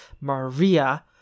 Maria